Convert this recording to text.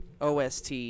OST